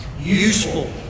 useful